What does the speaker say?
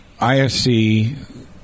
ISC